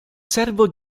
servo